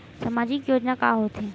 सामाजिक योजना का होथे?